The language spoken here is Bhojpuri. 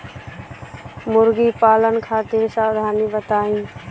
मुर्गी पालन खातिर सावधानी बताई?